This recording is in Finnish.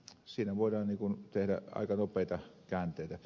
siinä voidaan tehdä aika nopeita kään teitä